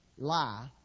lie